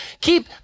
Keep